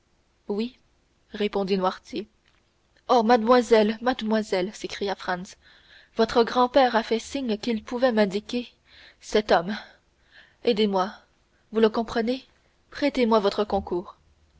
oui répondit noirtier ô mademoiselle mademoiselle s'écria franz votre grand-père a fait signe qu'il pouvait m'indiquer cet homme aidez-moi vous le comprenez prêtez-moi votre concours